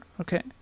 okay